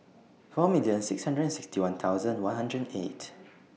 four million six hundred and sixty one thousand one hundred and eight